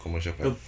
commercial pilot